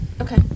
Okay